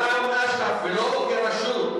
מטעם אש"ף, ולא כרשות.